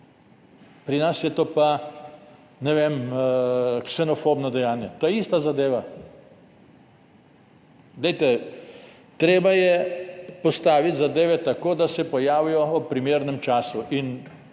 Pri nas je to ksenofobno dejanje. To je ista zadeva. Treba je postaviti zadeve tako, da se pojavijo ob primernem času.